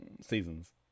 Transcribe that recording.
seasons